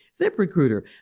ZipRecruiter